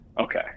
Okay